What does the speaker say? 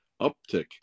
uptick